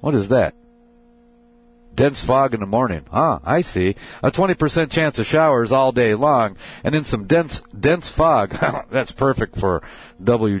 what is that what did fog in the morning i see a twenty percent chance of showers all day long and in some dense dense fog that's perfect for